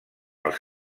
els